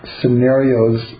scenarios